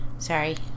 Sorry